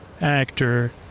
actor